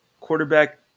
quarterback